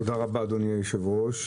תודה רבה, אדוני היושב-ראש.